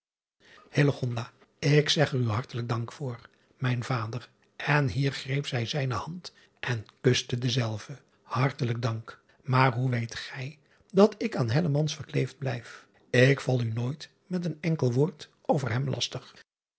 k zeg er u hartelijk dank voor mijn vader en hier greep zij zijne hand en kuste dezelve hartelijk dank maar hoe weet gij dat ik aan verkleefd blijf ik val u nooit met een enkel woord over hem lastig